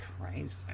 crazy